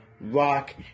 rock